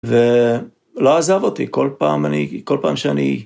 ולא עזב אותי כל פעם אני..כל פעם שאני...